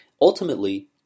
ultimately